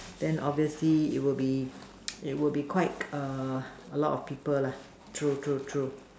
then obviously it will be it will be quite a a lot of people lah true true true